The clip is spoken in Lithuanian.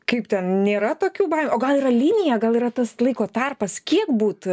kaip ten nėra tokių baimių o gal yra linija gal yra tas laiko tarpas kiek būt